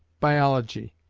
biology.